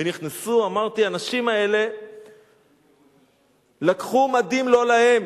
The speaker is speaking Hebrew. ונכנסו, אמרתי, האנשים האלה לקחו מדים לא להם.